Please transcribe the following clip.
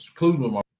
including